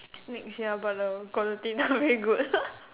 next ya but the quality not very good